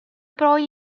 poi